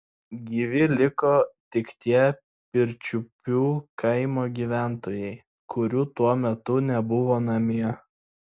gyvi liko tik tie pirčiupių kaimo gyventojai kurių tuo metu nebuvo namie